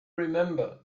remember